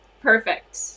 perfect